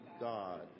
God